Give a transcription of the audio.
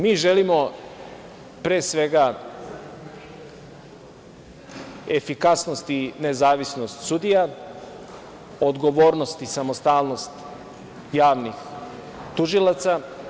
Mi želimo, pre svega, efikasnost i nezavisnost sudija, odgovornost i samostalnost javnih tužilaca.